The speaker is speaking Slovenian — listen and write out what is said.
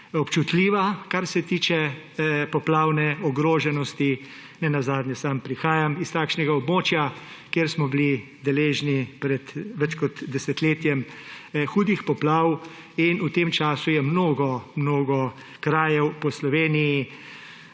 občutljiva, kar se tiče poplavne ogroženosti; nenazadnje sam prihajam iz takšnega območja, kjer smo bili deležni pred več kot desetletjem hudih poplav, in v tem času je mnogo krajev po Sloveniji